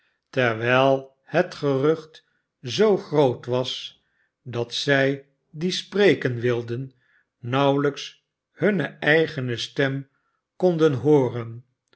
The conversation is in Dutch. terwijl het gerucht zoo groot was dat zij die spreken wilden nauwelijks hunne eigene stem konden hooren